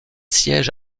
siège